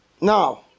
Now